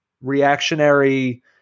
reactionary